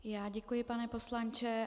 I já děkuji, pane poslanče.